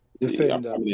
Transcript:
Defender